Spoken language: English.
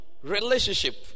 relationship